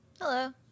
Hello